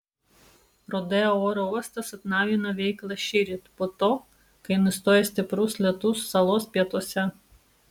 rodeo oro uostas atnaujino veiklą šįryt po to kai nustojo stiprus lietus salos pietuose